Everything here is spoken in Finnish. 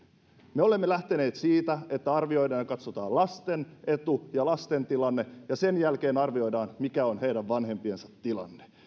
me olemme lähteneet siitä että arvioidaan ja katsotaan lasten etu ja lasten tilanne ja sen jälkeen arvioidaan mikä on heidän vanhempiensa tilanne